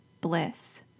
bliss